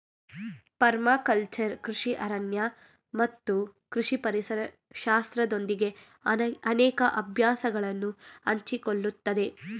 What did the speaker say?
permaculture ಕೃಷಿ ಅರಣ್ಯ ಮತ್ತು ಕೃಷಿ ಪರಿಸರ ಶಾಸ್ತ್ರದೊಂದಿಗೆ ಅನೇಕ ಅಭ್ಯಾಸಗಳನ್ನು ಹಂಚಿಕೊಳ್ಳುತ್ತದೆ